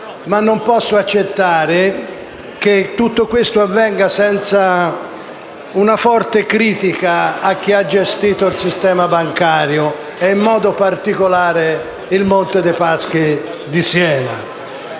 tuttavia, accettare che tutto questo avvenga senza una forte critica a chi ha gestito il sistema bancario e, in modo particolare, il Monte dei Paschi di Siena.